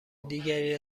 دیگری